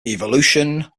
evolution